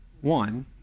One